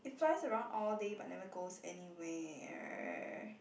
it flies around all day but never goes anywhere